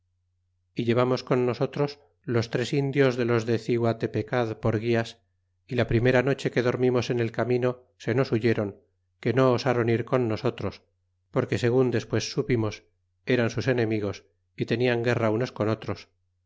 y llevamos con nosotros los tres indios de los de ciguatepecad por guias y la primera noche que dormimos en el camino se nos huyeron que no osaron ir con nosotros porque segun despues mi supimos eran sus enemigos y tenian guerra unos con otros